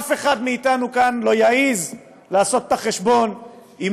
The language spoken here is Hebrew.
אף אחד מאתנו כאן לא יעז לעשות את החשבון אם